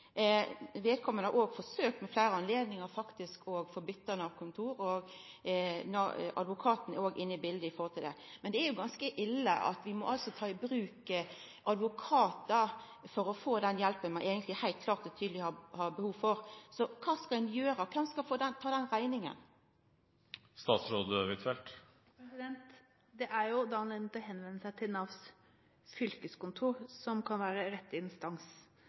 fleire anledningar faktisk forsøkt å få bytta Nav-kontor. Advokaten er òg inne i biletet i samband med det. Men det er ganske ille at ein må ta i bruk advokat for å få den hjelpa ein heilt klart har behov for. Kva skal ein gjera? Kven skal ta den rekninga? Det er anledning til å henvende seg til Navs fylkeskontor, som kan være rette instans